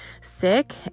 sick